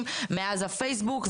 מאז הפייסבוק,